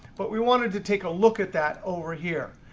but we wanted to take a look at that over here.